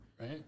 Right